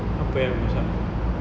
apa eh aku masak